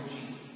Jesus